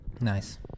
Nice